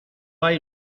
hay